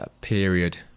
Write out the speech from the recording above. period